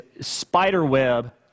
spiderweb